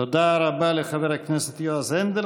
תודה רבה לחבר הכנסת יועז הנדל.